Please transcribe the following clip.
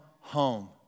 home